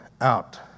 out